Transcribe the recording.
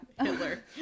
Hitler